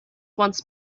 once